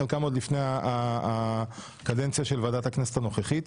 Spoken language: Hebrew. חלקם עוד לפני הקדנציה של ועדת הכנסת הנוכחית.